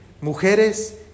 Mujeres